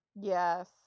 Yes